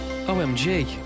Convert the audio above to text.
OMG